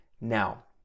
now